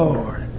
Lord